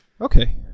okay